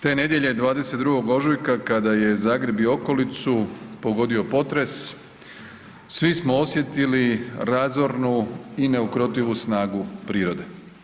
Te nedjelje, 22. ožujka, kada je Zagreb i okolicu pogodio potres, svi smo osjetili razornu i neukrotivu snagu prirode.